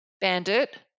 Bandit